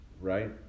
right